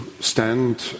stand